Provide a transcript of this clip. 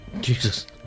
Jesus